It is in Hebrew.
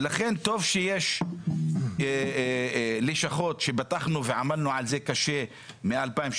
ולכן טוב שיש לשכות שפתחנו ועמלנו עליהן קשה מ-2016,